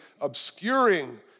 obscuring